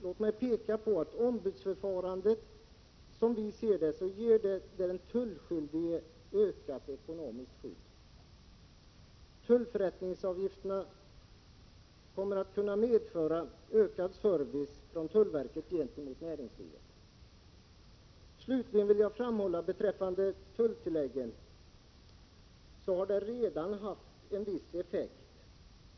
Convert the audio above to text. Låt mig peka på att ombudsförfarandet, som vi ser det, ger den tullskyldige ökat ekonomiskt skydd och att tullförrättningsavgifterna kommer att kunna medföra ökad service från tullverket gentemot näringslivet. Slutligen vill jag framhålla att tulltillägget redan har haft en viss effekt.